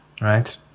Right